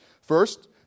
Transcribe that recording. First